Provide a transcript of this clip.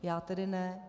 Já tedy ne.